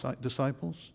disciples